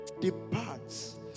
departs